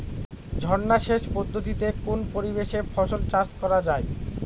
ঝর্না সেচ পদ্ধতিতে কোন পরিবেশে ফসল চাষ করা যায়?